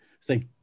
say